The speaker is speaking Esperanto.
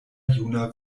juna